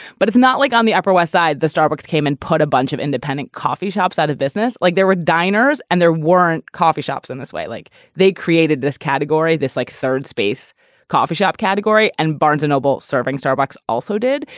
but it's not like on the upper west side, the starbucks came and put a bunch of independent coffee shops out of business, like there were diners and there weren't coffee shops in this way. like they created this category, this like third space coffee shop category. and barnes noble serving starbucks also did.